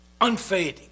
unfading